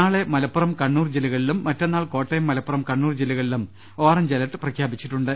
നാളെ മലപ്പുറം കണ്ണൂർ ജില്ലക ളിലും മറ്റന്നാൾ കോട്ടയം മലപ്പുറം കണ്ണൂർ ജില്ലകളിലും ഓറഞ്ച് അലർട്ട് പ്രഖ്യാപിച്ചിട്ടുണ്ട്